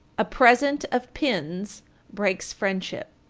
a present of pins breaks friendship.